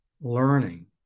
learning